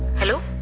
hello,